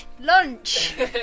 Lunch